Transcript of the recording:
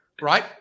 right